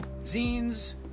zines